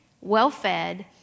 well-fed